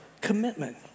commitment